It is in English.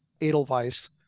edelweiss